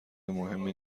مهمی